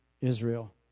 Israel